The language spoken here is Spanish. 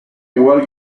igual